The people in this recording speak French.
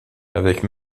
avec